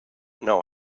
know